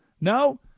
No